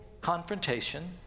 confrontation